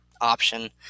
option